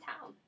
town